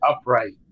upright